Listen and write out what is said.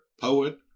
poet